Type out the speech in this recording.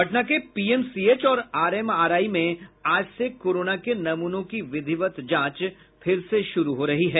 पटना के पीएमसीएच और आरएमआरआई में आज से कोरोना के नमूनों की विधिवत जांच फिर शुरू हो रही है